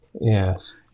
Yes